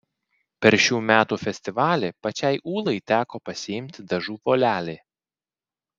per šių metų festivalį pačiai ūlai teko pasiimti dažų volelį